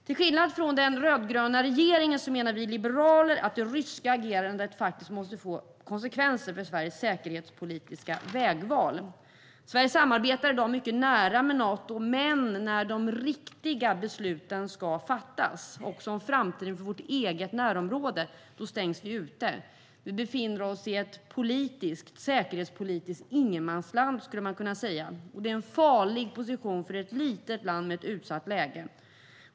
Till skillnad från den rödgröna regeringen menar vi liberaler att det ryska agerandet måste få konsekvenser för Sveriges säkerhetspolitiska vägval. Sverige samarbetar i dag mycket nära med Nato. Men när de riktiga besluten ska fattas - också om framtiden för vårt närområde - stängs Sverige ute. Vi befinner oss i ett säkerhetspolitiskt ingenmansland, skulle man kunna säga. Det är en farlig position för ett litet land med ett utsatt läge.